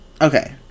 Okay